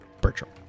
Bertram